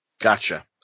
Gotcha